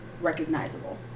recognizable